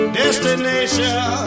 destination